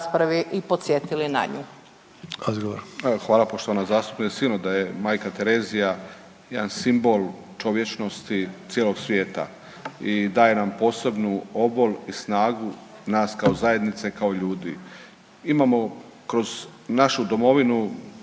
hvala poštovana zastupnice,